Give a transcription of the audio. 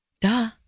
Duh